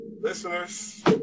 listeners